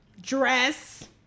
dress